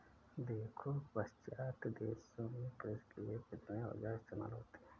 देखो पाश्चात्य देशों में कृषि के लिए कितने औजार इस्तेमाल होते हैं